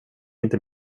inte